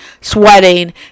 sweating